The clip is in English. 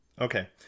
Okay